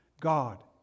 God